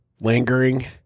lingering